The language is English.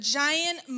giant